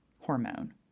hormone